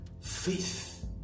faith